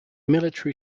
military